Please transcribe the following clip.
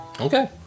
Okay